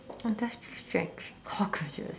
industrial strength cockroaches